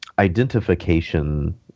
identification